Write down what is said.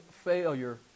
Failure